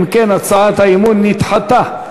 אם כן, הצעת האי-אמון נדחתה.